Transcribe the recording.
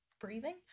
breathing